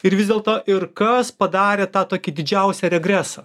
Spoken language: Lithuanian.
ir vis dėlto ir kas padarė tą tokį didžiausią regresą